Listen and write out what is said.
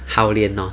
hao lian lor